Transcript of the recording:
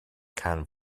quand